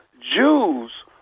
Jews